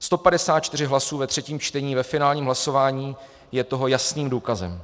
154 hlasů ve třetím čtení ve finálním hlasování je toho jasným důkazem.